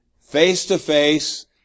face-to-face